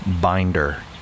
binder